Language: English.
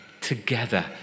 together